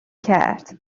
کرد